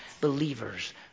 believers